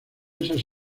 esas